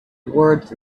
words